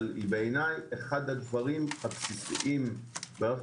אבל בעיניי אחד הדברים הבסיסיים במערכת